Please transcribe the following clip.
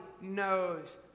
knows